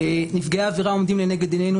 נפגעי העבירה עומדים לנגד עינינו,